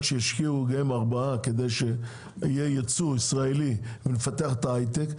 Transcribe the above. שישקיעו אותם ויהיה ייצוא ישראל ונפתח את ה"היי-טק",